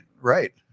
Right